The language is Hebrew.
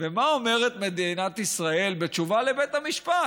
ומה אומרת מדינת ישראל בתשובה לבית המשפט?